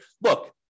look